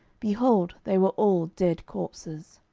behold, they were all dead corpses.